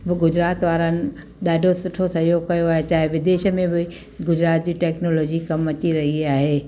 उहा गुजरात वारनि ॾाढो सुठो सहयोग कयो आहे चाहे विदेश में बि गुजरात जी टैक्नोलॉजी कमु अची रही आहे